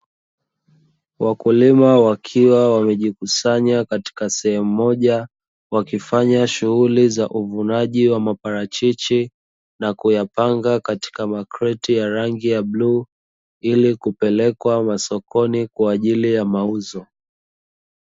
Wakulima wakiwa wamejikusanya katika sehemu moja, wakifanya shughuli za uvunaji wa maparachichi, na kuyapanga katika makreti ya rangi ya bluu ili kupelekwa masokoni kwaajili ya mauzo.